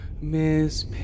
Miss